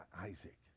Isaac